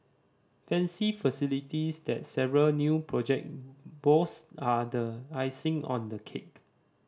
fancy facilities that several new project boast are the icing on the cake